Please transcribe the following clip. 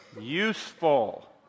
useful